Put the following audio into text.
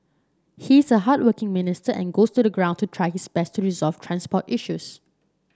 he's a hardworking minister and goes to the ground to try his best to resolve transport issues